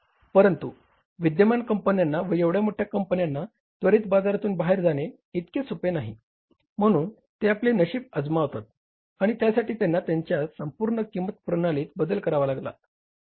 परंतु विद्यमान कंपन्यांना व एवढ्या मोठ्या कंपन्यांना त्वरित बाजारातून बाहेर जाणे इतके सोपे नाही आहे म्हणून ते आपले नशीब आजमावत आहेत आणि त्यासाठी त्यांना त्यांच्या संपूर्ण किंमत प्रणालीत बदल करावा लागला